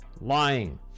lying